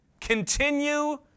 Continue